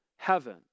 heaven